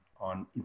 on